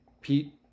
Pete